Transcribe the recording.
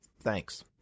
Thanks